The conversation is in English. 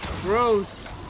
Gross